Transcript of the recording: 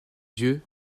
yeux